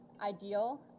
ideal